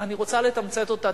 אני רוצה לתמצת אותה,